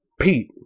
Pete